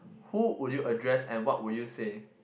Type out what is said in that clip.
who would you address and what would you say